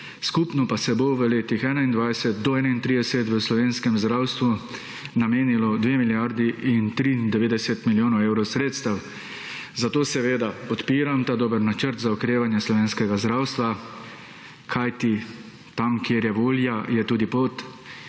skupno pa se bo v letih 2021-2031 v slovenskem zdravstvu namenilo dve milijardi in 93 milijonov evrov sredstev. Zato seveda podpiram ta dober načrt za okrevanje slovenskega zdravstva, kajti tam kjer je volja je tudi pot,